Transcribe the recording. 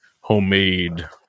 homemade